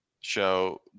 show